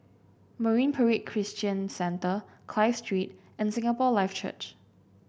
Marine Parade Christian Centre Clive Street and Singapore Life Church